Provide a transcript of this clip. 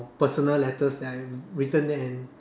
personal letters that I have written and